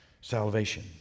Salvation